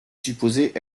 supposé